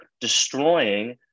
destroying